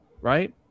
Right